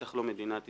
בטח לא מדינת ישראל,